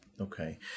Okay